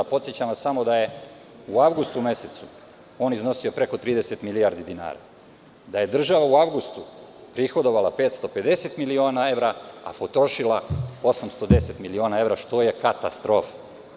Podsećam vas samo da je u avgustu mesecu on iznosio preko 30 milijardi dinara, da je država u avgustu prihodovala 550 miliona evra, a potrošila 810 miliona evra, što je katastrofa.